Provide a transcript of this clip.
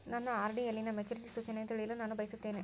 ನನ್ನ ಆರ್.ಡಿ ಯಲ್ಲಿನ ಮೆಚುರಿಟಿ ಸೂಚನೆಯನ್ನು ತಿಳಿಯಲು ನಾನು ಬಯಸುತ್ತೇನೆ